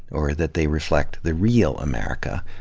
or that they reflect the real america,